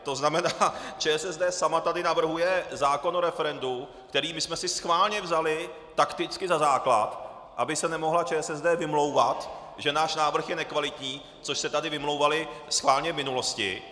To znamená, ČSSD sama tady navrhuje zákon o referendu, který jsme si schválně vzali takticky za základ, aby se nemohla ČSSD vymlouvat, že náš návrh je nekvalitní, což se tady vymlouvali schválně v minulosti.